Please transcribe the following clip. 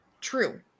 true